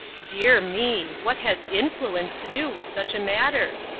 dear me, what has influence to do with such a matter?